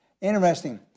Interesting